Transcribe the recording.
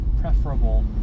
preferable